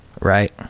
Right